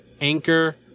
Anchor